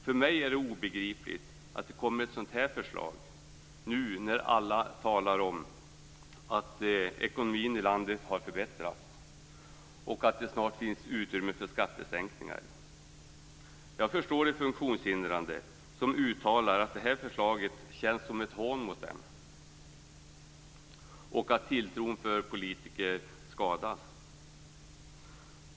För mig är det obegripligt att ett sådant här förslag kommer nu när alla talar om att ekonomin i landet har förbättrats och att det snart finns utrymme för skattesänkningar. Jag förstår de funktionshindrade som uttalar att det här förslaget känns som ett hån mot dem och att tilltron för politiker har skadats.